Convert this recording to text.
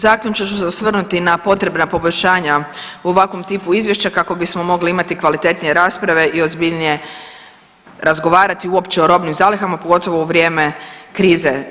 Zaključno ću se osvrnuti na potrebna poboljšanja o ovakvom tipu izvješća kako bismo mogli imati kvalitetnije rasprave i ozbiljnije razgovarati uopće o robnim zalihama, pogotovo u vrijeme krize.